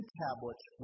tablets